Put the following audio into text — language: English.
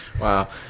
Wow